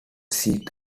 seat